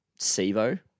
Sivo